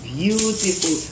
beautiful